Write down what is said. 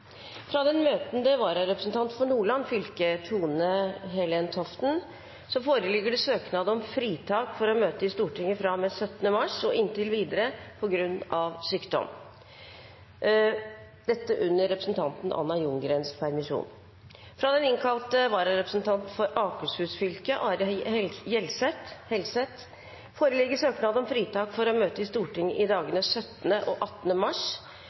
Fra den møtende vararepresentant for Nordland fylke, Tone-Helen Toften, foreligger det søknad om fritak for å møte i Stortinget fra og med 17. mars og inntil videre, på grunn av sykdom, under representanten Anna Ljunggrens permisjon. Fra den innkalte vararepresentant for Akershus fylke, Are Helseth, foreligger søknad om fritak for å møte i Stortinget i dagene 17. og 18. mars